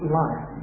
life